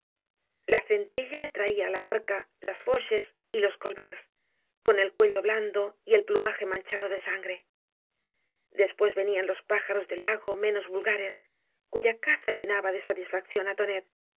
la centella le traía la barca las foches y loe collvérts con el cuello blando y el plumaje manchado de sangre después venían los pájaros del lago menos vulgares cuya caza llenaba de satisfacción á tonet